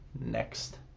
next